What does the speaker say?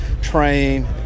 train